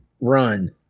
run